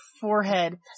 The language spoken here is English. forehead